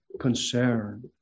concern